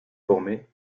formés